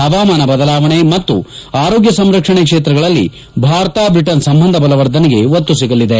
ಹವಾಮಾನ ಬದಲಾವಣೆ ಮತ್ತು ಆರೋಗ್ಯ ಸಂರಕ್ಷಣೆ ಕ್ಷೇತ್ರಗಳಲ್ಲಿ ಭಾರತ ಬ್ರಿಟನ್ ಸಂಬಂಧ ಬಲವರ್ಧನೆಗೆ ಒತ್ತು ಸಿಗಲಿದೆ